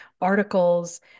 articles